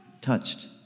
touched